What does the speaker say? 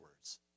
words